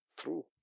True